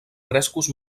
frescos